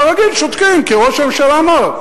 כרגיל, שותקים, כי ראש הממשלה אמר.